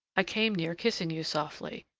i came near kissing you softly.